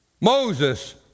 Moses